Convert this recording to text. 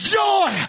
joy